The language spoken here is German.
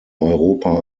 europa